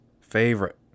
favorite